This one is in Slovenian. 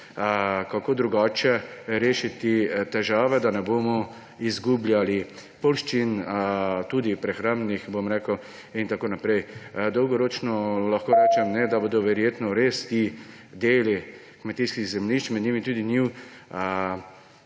kako drugače rešijo težave, da ne bomo izgubljali poljščin, tudi prehrambnih, in tako naprej? Dolgoročno lahko rečem, da bodo verjetno res ti deli kmetijskih zemljišč, med njimi tudi njive,